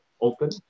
open